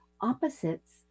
opposites